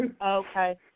Okay